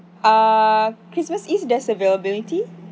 ah christmas eve there's availability